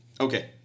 Okay